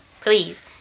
Please